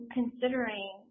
considering